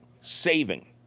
saving